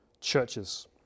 churches